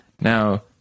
Now